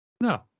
No